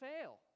fail